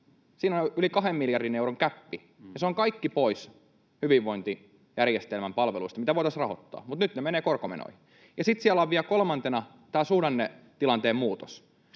Siinä on yli kahden miljardin euron gäppi, ja se on kaikki pois hyvinvointijärjestelmän palveluista, mitä voitaisiin rahoittaa, mutta nyt ne menevät korkomenoihin. Ja sitten siellä on vielä kolmantena tämä suhdannetilanteen muutos.